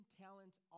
talents